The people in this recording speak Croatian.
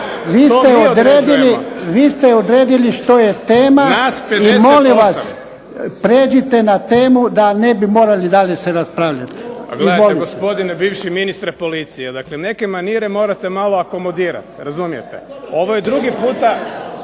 vi ste odredili što je tema i molim vas pređite na temu da se ne bi morali dalje raspravljati. **Milanović, Zoran (SDP)** Pa gledajte bivši ministre policije, dakle neke manire morate malo akomodirati, razumijete. Ovo je drugi puta